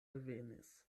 alvenis